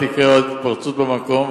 תקרה עוד התפרצות במקום.